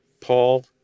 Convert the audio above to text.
Paul